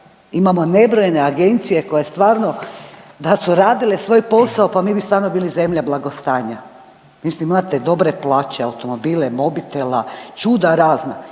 imamo nebrojene agencije koje stvarno da su radile svoj posao pa mi bi stvarno bili zemlja blagostanja. Mislim imate dobre plaće, automobile, mobitela, čuda razna